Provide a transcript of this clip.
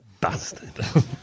bastard